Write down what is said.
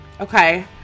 Okay